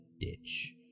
ditch